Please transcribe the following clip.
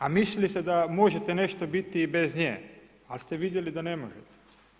A mislili ste da možete nešto biti i bez nje, ali ste vidjeli da ne možete.